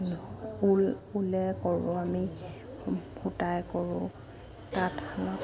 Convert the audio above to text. ঊল ঊলে কৰোঁ আমি সূতাই কৰোঁ তাঁতশালত